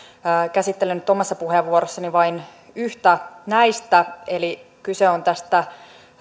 käsittelen nyt omassa puheenvuorossani vain yhtä näistä eli kyse on tästä